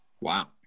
Wow